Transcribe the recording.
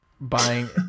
buying